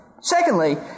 Secondly